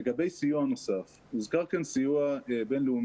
לגבי סיוע נוסף, הוזכר כאן סיוע בין-לאומי.